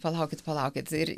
palaukit palaukit ir